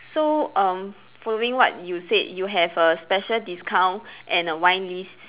so uh following what you said you have a special discount and a wine list